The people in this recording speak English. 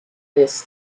this